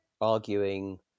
arguing